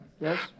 Yes